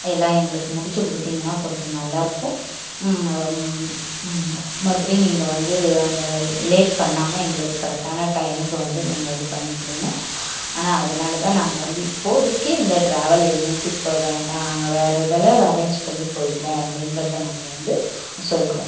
எல்லாம் எங்களுக்கு முடித்து கொடுத்திங்கன்னா கொஞ்சம் நல்லா இருக்கும் மறுபடியும் நீங்கள் வந்து அந்த லேட் பண்ணாமல் எங்களுக்கு கரெக்டான டைம்முக்கு வந்து நீங்கள் இது பண்ணி கொடுங்க ஆனால் அதனால தான் நாங்கள் வந்து இப்போதைக்கு இந்த டிராவல் ஏஜென்ஸி இப்போது வேண்டாம் நாங்கள் வேறு இதில் அரேஞ் பண்ணி போயிகிறோம் அப்படிங்கிறத நாங்கள் வந்து சொல்கிறோம்